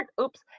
oops